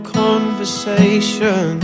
conversation